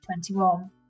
2021